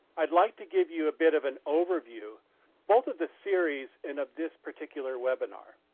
i'd like to give you a bit of an overview both of the series and of this particular webinar.